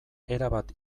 erabat